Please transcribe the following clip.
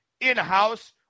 in-house